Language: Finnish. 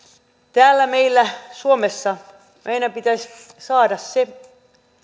täällä meillä suomessa meidän pitäisi saada se